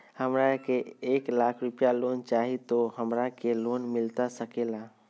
हमरा के एक लाख रुपए लोन चाही तो की हमरा के लोन मिलता सकेला?